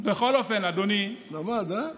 סטודנטים באוניברסיטאות